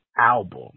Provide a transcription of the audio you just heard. album